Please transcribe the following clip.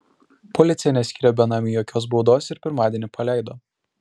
policija neskyrė benamiui jokios baudos ir pirmadienį paleido